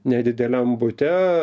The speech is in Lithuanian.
nedideliam bute